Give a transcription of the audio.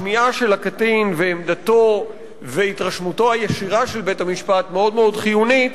שמיעת הקטין ועמדתו והתרשמותו הישירה של בית-המשפט מאוד מאוד חיוניות